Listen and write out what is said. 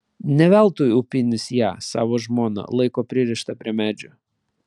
ne veltui upinis ją savo žmoną laiko pririštą prie medžio